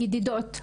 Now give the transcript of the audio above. ידידות,